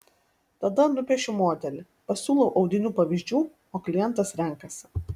tada nupiešiu modelį pasiūlau audinių pavyzdžių o klientas renkasi